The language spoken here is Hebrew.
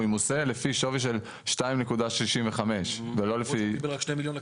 יחול עליו מס לפי שווי של 2.65. למרות שהוא קיבל רק שני מיליון לכיס.